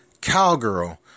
Cowgirl